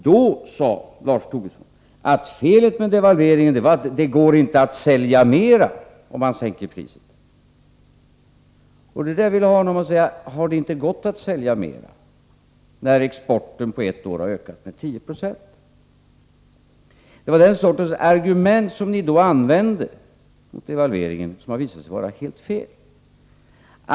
För ett år sedan sade Lars Tobisson att felet med devalveringen var att det inte går att sälja mera därför att man sänker priserna. Då vill jag fråga honom: Har det inte gått att sälja mer när exporten på ett år har ökat med 1096? De argument ni tidigare använde mot devalveringen har alltså visat sig vara helt felaktiga.